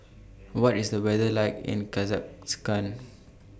What IS The weather like in Kazakhstan